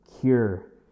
Cure